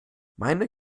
meine